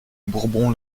bourbon